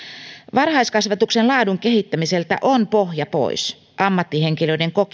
varhaiskasvatuksen laadun kehittämiseltä on pohja pois ammattihenkilöiden